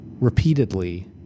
repeatedly